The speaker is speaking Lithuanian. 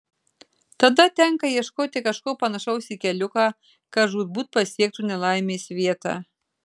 tada tenka ieškoti kažko panašaus į keliuką kad žūtbūt pasiektų nelaimės vietą